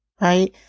right